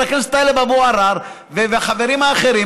חבר הכנסת טלב אבו עראר והחברים האחרים,